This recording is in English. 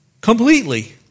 Completely